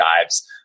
dives